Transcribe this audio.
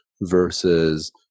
versus